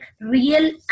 real